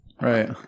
Right